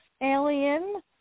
alien